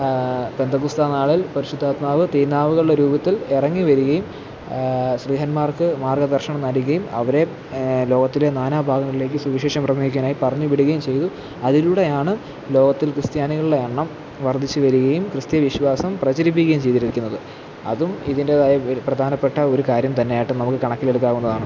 ഗ്രന്ഥ പുസ്തകങ്ങളില് പരിശുദ്ധാത്മാവ് തീനാവുകളുടെ രൂപത്തില് ഇറങ്ങി വരികയും സ്രീഹന്മാര്ക്ക് മാര്ഗ്ഗ ദര്ശനം നല്കുകയും അവരെ ലോകത്തിലെ നാനാഭാഗങ്ങളിലേക്കു സുവിശേഷം വൃതം നയിക്കാനായി പറഞ്ഞു വിടുകയും ചെയ്തു അതിലൂടെയാണ് ലോകത്തില് ക്രിസ്ത്യാനികളുടെ എണ്ണം വര്ദ്ധിച്ചു വരികയും ക്രിസ്ത്യ വിശ്വാസം പ്രചരിപ്പിക്കുകയും ചെയ്തിരിക്കുന്നത് അതും ഇതിൻറ്റേതായ വി പ്രധാനപ്പെട്ട ഒരു കാര്യം തന്നെയായിട്ടു നമുക്ക് കണക്കിലെടുക്കാവുന്നതാണ്